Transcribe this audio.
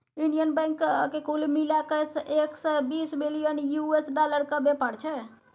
Indian बैंकक कुल मिला कए एक सय बीस बिलियन यु.एस डालरक बेपार छै